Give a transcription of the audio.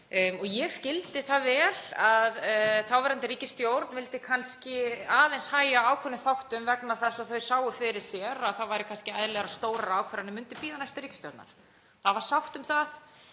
Ég skildi það vel að þáverandi ríkisstjórn vildi kannski aðeins hægja á ákveðnum þáttum vegna þess að þau sáu fyrir sér að það væri kannski eðlilegra að stórar ákvarðanir myndu bíða næstu ríkisstjórnar. Það var sátt um það.